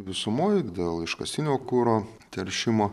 visumoj dėl iškastinio kuro teršimo